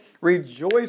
Rejoice